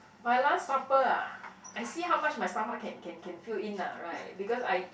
my last supper ah I see how much my stomach can can can fill in ah right because I